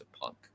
Punk